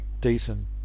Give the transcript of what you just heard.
decent